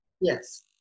Yes